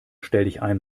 stelldichein